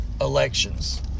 elections